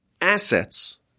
assets